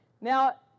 now